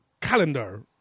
calendar